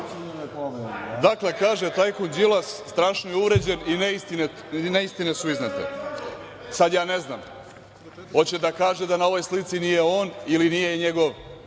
Dakle, kaže tajkun Đilas – strašno je uvređen i neistine su iznete. Sad, ja ne znam, hoće da kaže da na ovoj slici nije on ili nije njegov